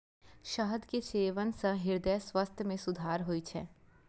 शहद के सेवन सं हृदय स्वास्थ्य मे सुधार होइ छै